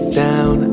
down